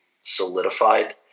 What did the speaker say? solidified